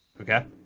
Okay